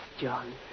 John